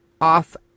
off